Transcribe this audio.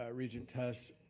ah regent tuss.